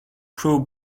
pro